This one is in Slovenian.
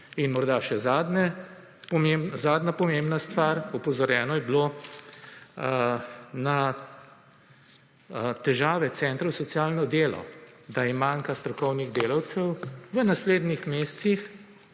In morda še zadnja pomembna stvar, opozorjeno je bilo na težave centrov za socialno delo, da jim manjka strokovnih delavcev. V naslednjih mesecih,